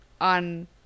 on